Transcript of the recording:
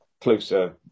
closer